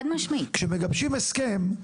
כשמגבשים הסכם,